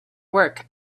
work